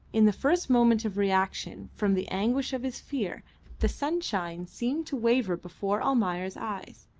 in the first moment of reaction from the anguish of his fear the sunshine seemed to waver before almayer's eyes,